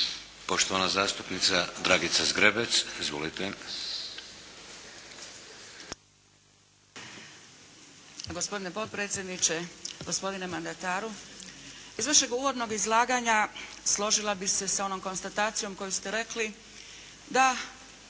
Poštovana zastupnica Dragica Zgrebec. Izvolite. **Zgrebec, Dragica (SDP)** Gospodine potpredsjedniče. Gospodine mandataru iz vašeg uvodnog izlaganja složila bih se s onom konstatacijom koju ste rekli, da